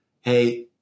hey